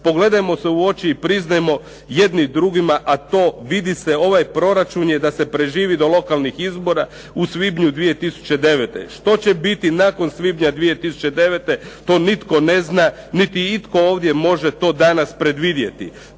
Pogledajmo se u oči i priznajmo jedni drugi a to vidi se ovaj proračuna je da se preživi do lokalnih izbora u svibnju 2009. Što će biti nakon svibnja 2009. to nitko ne zna niti itko ovdje može to danas predvidjeti.